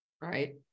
Right